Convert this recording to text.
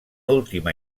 última